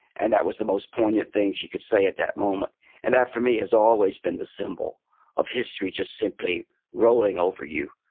and that was the most poignant thing she could say at that moment and that, for me, has always been a symbol of history just simply rolling over you,